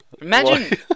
Imagine